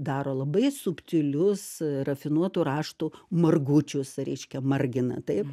daro labai subtilius rafinuotų raštų margučius reiškia margina taip